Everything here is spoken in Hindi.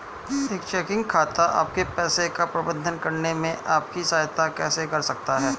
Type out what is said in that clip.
एक चेकिंग खाता आपके पैसे का प्रबंधन करने में आपकी सहायता कैसे कर सकता है?